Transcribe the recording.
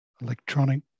electronic